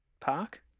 park